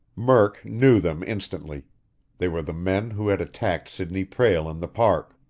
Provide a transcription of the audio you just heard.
murk knew them instantly they were the men who had attacked sidney prale in the park.